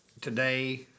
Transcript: today